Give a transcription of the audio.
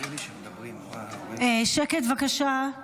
שקט בבקשה.